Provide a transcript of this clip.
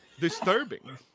Disturbing